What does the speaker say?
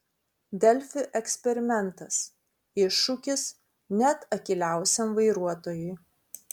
delfi eksperimentas iššūkis net akyliausiam vairuotojui